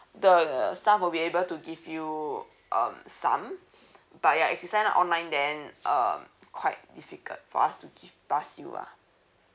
the staff will be able to give you um some but ya if you sign up online then uh quite difficult for us to give pass you lah